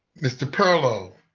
mr. perlow?